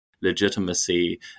legitimacy